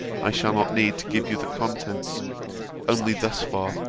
i shall not need to give you the contents only thus far,